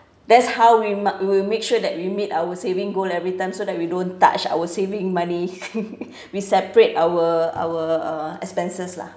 that's how we will make sure that we meet our saving goal every time so that we don't touch our saving money we separate our our uh expenses lah